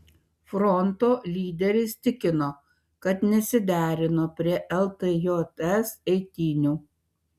fronto lyderis tikino kad nesiderino prie ltjs eitynių